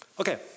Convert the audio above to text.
Okay